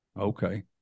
okay